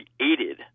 created